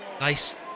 nice